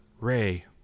Ray